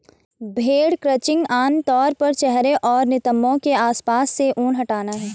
भेड़ क्रचिंग आम तौर पर चेहरे और नितंबों के आसपास से ऊन हटाना है